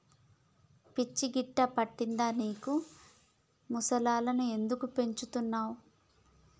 పిచ్చి గిట్టా పట్టిందా నీకు ముసల్లను ఎందుకు పెంచుతున్నవ్